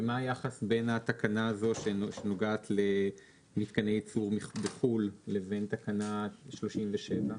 ומה היחס בין התקנה הזאת שנוגעת למתקני יצור בחו"ל לבין תקנה 37?